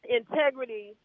integrity